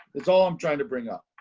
it's all i'm trying to bring up.